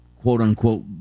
quote-unquote